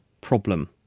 problem